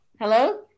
Hello